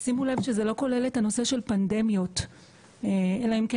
שימו לב שזה לא כולל את הנושא של פנדמיות אלא אם כן